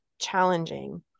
challenging